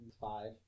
Five